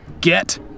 Get